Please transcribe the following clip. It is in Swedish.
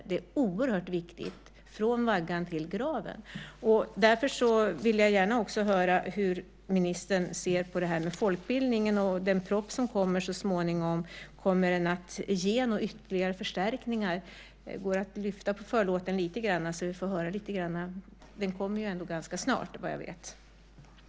Det är oerhört viktigt - från vaggan till graven. Därför vill jag gärna höra hur ministern ser på folkbildningen och den proposition som kommer så småningom. Kommer den att ge några ytterligare förstärkningar? Går det att lyfta på förlåten så att vi får höra lite grann om det? Den kommer ju ganska snart vad jag vet.